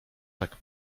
tak